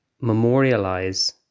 memorialize